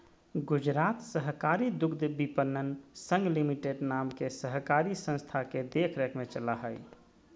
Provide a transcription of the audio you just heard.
गुजरात सहकारी दुग्धविपणन संघ लिमिटेड नाम के सहकारी संस्था के देख रेख में चला हइ